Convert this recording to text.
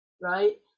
right